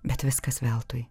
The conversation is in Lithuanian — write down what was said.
bet viskas veltui